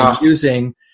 using